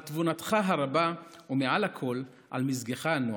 על תבונתך הרבה, ומעל הכול, על מזגך הנוח.